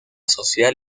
social